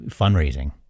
fundraising